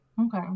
Okay